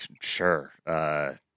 sure